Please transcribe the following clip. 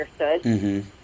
understood